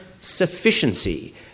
sufficiency